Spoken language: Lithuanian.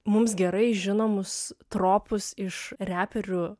mums gerai žinomus tropus iš reperių